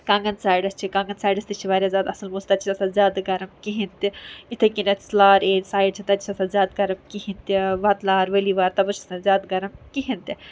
کَنٛگَن sides چھِ کَنٛگَن sides تہِ چھِ واریاہ زیادٕ اَصٕل موس تَتہِ چھِ آسان زیادٕ گَرم کِہیٖنۍ تہِ اِتھے کٔن اَتھ لار اے سایڈ چھِ تَتہِ چھِ آسان زیادٕ گَرم کِہیٖنۍ تہِ وَتٕلار ؤلی وار تَپٲرۍ چھِ آسان زیادٕ گرم کِہیٖنۍ تہِ